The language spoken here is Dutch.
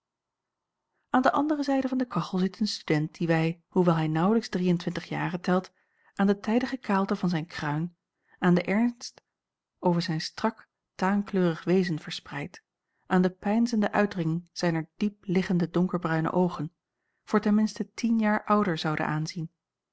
aan de andere zijde van de kachel zit een student dien wij hoewel hij naauwlijks drie-en-twintig jaren telt aan de tijdige kaalte van zijn kruin aan den ernst over zijn strak taankleurig wezen verspreid aan de peinzende uitdrukking zijner diep liggende donkerbruine oogen voor ten minste tien jaar ouder zouden aanzien